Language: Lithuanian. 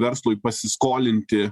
verslui pasiskolinti